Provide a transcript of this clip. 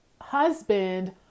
husband